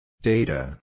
Data